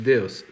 Deus